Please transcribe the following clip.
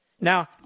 Now